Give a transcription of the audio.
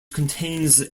contains